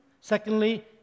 Secondly